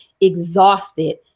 exhausted